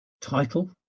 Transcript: title